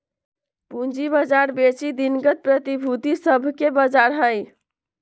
पूजी बजार बेशी दिनगत प्रतिभूति सभके बजार हइ